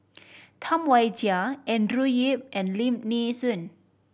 Tam Wai Jia Andrew Yip and Lim Nee Soon